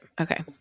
Okay